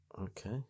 Okay